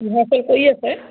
rehearsal কৰি আছে